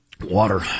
Water